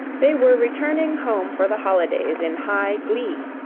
they were returning home for the holidays in high glee,